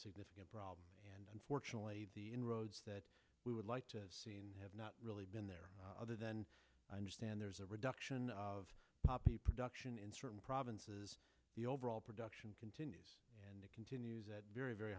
significant problem and unfortunately the inroads that we would like to have not really been there other than i understand there's a reduction of poppy production in certain provinces the overall production continues and it continues at very very